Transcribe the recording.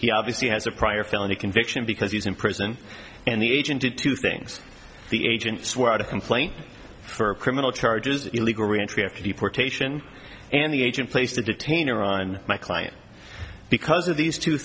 he obviously has a prior felony conviction because he was in prison and the agent did two things the agents were out of complaint for criminal charges illegal re entry after deportation and the agent place the detainer on my client because of these two